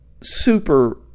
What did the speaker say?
super